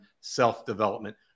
self-development